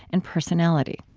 and personality